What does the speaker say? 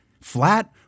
Flat